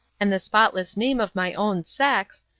and the spotless name of my own sex,